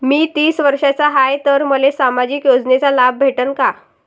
मी तीस वर्षाचा हाय तर मले सामाजिक योजनेचा लाभ भेटन का?